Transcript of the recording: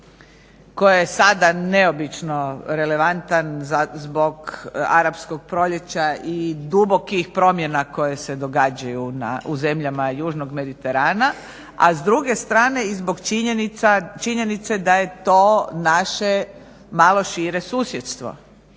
koje je sada neobično relevantan zbog arapskog proljeća i dubokih promjena koje se događaju u zemljama južnog Mediterana, a s druge strane i zbog činjenice da je to naše malo šire susjedstvo